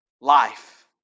life